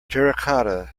terracotta